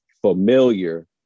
familiar